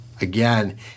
Again